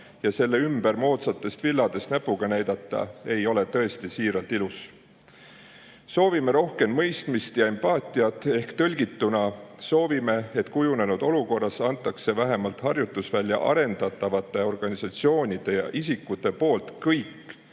ja selle ümber asuvatest moodsatest villadest näpuga näidata ei ole tõesti, siiralt, ilus. Soovime rohkem mõistmist ja empaatiat. Ehk tõlgituna: soovime, et kujunenud olukorras antaks vähemalt harjutusvälja arendatavate organisatsioonide ja isikute poolt kõik,